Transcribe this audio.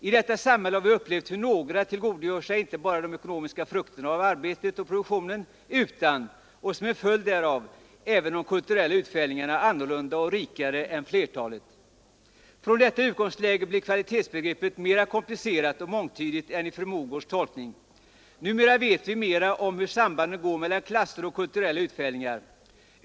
I detta samhälle har vi upplevt hur några tillgodogör sig inte bara de ekonomiska frukterna av arbetet och produktionen utan — och som en följd därav — även de kulturella utfällningarna annorlunda och rikare än flertalet. Från detta utgångsläge blir kvalitetsbegreppet mer komplicerat och mångtydigt än i fru Mogårds tolkning. Numera vet vi mer om hur sambanden går mellan klasser och kulturella utfällningar.